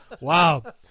Wow